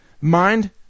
Mind